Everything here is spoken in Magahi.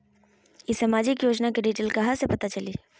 ई सामाजिक योजना के डिटेल कहा से पता चली?